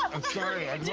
i'm sorry. i